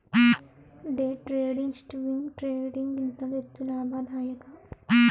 day trading, swing trading ಗಿಂತಲೂ ಹೆಚ್ಚು ಲಾಭದಾಯಕ